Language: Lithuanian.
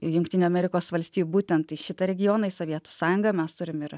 į jungtinių amerikos valstijų būtent į šitą regioną į sovietų sąjungą mes turim ir